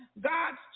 God's